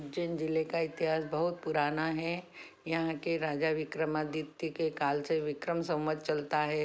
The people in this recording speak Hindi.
उज्जैन जिले का इतिहास बहुत पुराना है यहाँ के राजा विक्रमादित्य के काल से विक्रम संवत चलता है